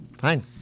Fine